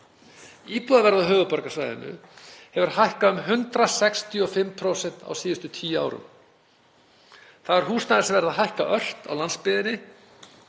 Íbúðaverð á höfuðborgarsvæðinu hefur hækkað um 165% á síðustu tíu árum. Þá hefur húsnæðisverð hækkað ört á landsbyggðinni.